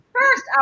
First